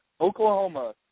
Oklahoma